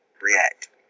react